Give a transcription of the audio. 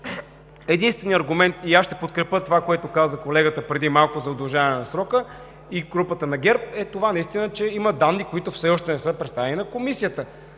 единственият аргумент – и аз ще подкрепя това, което каза колегата преди малко за удължаване на срока, и групата на ГЕРБ, е това, че има данни, които все още не са представени на Комисията.